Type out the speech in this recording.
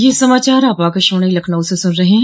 ब्रे क यह समाचार आप आकाशवाणी लखनऊ से सुन रहे हैं